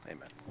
Amen